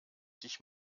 dich